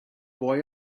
boy